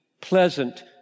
pleasant